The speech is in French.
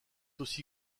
aussi